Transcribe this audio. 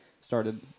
started